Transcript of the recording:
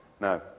No